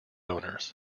owners